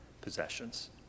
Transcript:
possessions